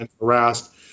harassed